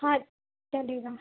हाँ चलेगा